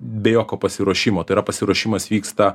be jokio pasiruošimo tai yra pasiruošimas vyksta